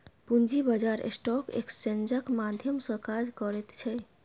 पूंजी बाजार स्टॉक एक्सेन्जक माध्यम सँ काज करैत छै